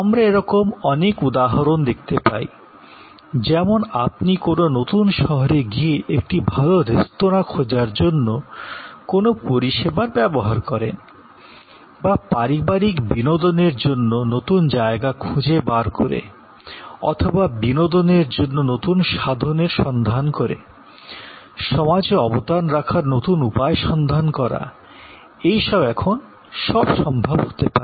আমরা এরকম অনেক উদাহরণ দেখতে পাই যেমন আপনি কোনো নতুন শহরে গিয়ে একটি ভালো রেস্তোরাঁ খোঁজার জন্য কোনো পরিষেবার ব্যবহার করেন বা পারিবারিক বিনোদনের জন্য নতুন জায়গা খুঁজে বের করা অথবা বিনোদনের নতুন সাধন খোঁজা সমাজে অবদান রাখার নতুন উপায় সন্ধান করা এই সব এখন সম্ভব হতে পারে